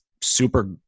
super